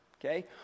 okay